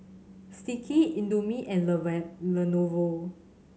Sticky Indomie and Lenovo